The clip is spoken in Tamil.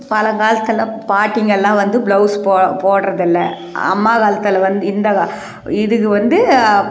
பழங்காலத்துலாம் பாட்டிங்கெல்லாம் வந்து ப்ளவுஸ் போ போடுறதில்ல அம்மா காலத்தில் வந்து இந்த கா இதுக்கு வந்து